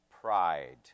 pride